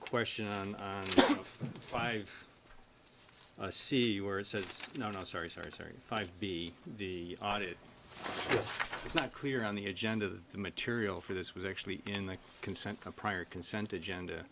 question on five see where it says no no sorry secretary five b the audit it's not clear on the agenda of the material for this was actually in the consent prior consent agenda